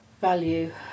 value